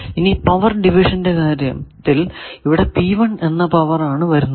ഇനി പവർ ഡിവിഷന്റെ കാര്യത്തിൽ ഇവിടെ എന്ന പവർ ആണ് വരുന്നത്